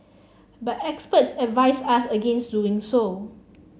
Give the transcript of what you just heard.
but experts advise ask against doing so